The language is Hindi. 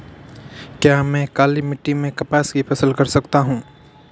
क्या मैं काली मिट्टी में कपास की फसल कर सकता हूँ?